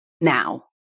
now